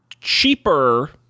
cheaper